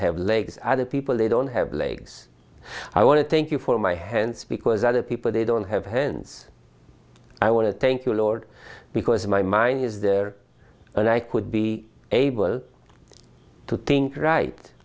have legs as a people they don't have legs i want to thank you for my hands because other people they don't have hands i want to thank you lord because my mind is there and i could be able to think right